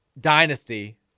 dynasty